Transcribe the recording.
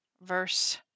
verse